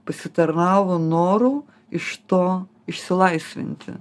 pasitarnavo noru iš to išsilaisvinti